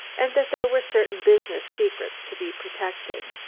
and that there were certain business secrets to be protected.